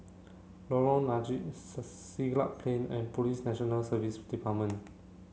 Lorong Napiri Siglap Plain and Police National Service Department